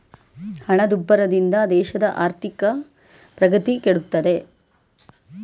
ಹಣದುಬ್ಬರದಿಂದ ದೇಶದ ಆರ್ಥಿಕ ಪ್ರಗತಿ ಕೆಡುತ್ತಿದೆ